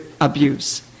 abuse